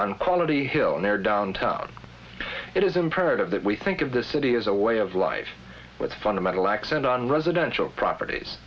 on quality hill near downtown it is imperative that we think of the city as a way of life with fundamental accent on residential properties